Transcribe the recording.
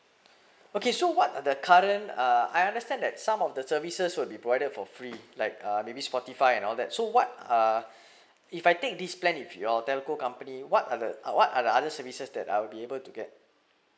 okay so what are the current uh I understand that some of the services will be provided for free like uh maybe spotify and all that so what are if I take this plan with your telco company what are the what are the services that I'll be able to get